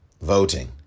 voting